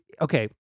Okay